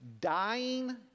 Dying